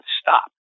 stop